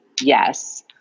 Yes